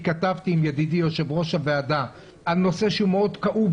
התכתבתי עם ידידי יושב-ראש הוועדה על נושא כאוב מאוד,